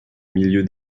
milieu